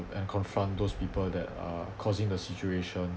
and confront those people that are causing the situation